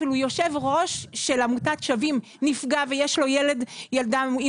אפילו יושב ראש עמותת 'שווים' נפגע ויש לו ילדה עם